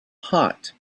hot